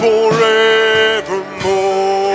forevermore